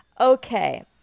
Okay